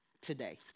today